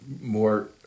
more